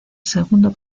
segundo